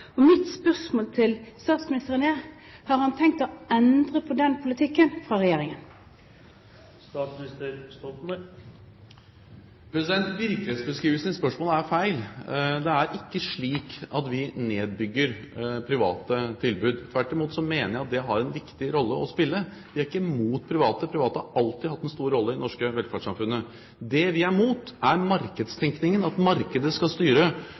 nedlagt. Mitt spørsmål til statsministeren er: Har han tenkt å endre på den politikken fra regjeringen? Virkelighetsbeskrivelsen i spørsmålet er feil. Det er ikke slik at vi nedbygger private tilbud. Tvert imot mener jeg at de har en viktig rolle å spille. Vi er ikke imot private. Private har alltid hatt en stor rolle i det norske velferdssamfunnet. Det vi er mot, er markedstenkningen, at markedet skal styre